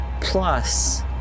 plus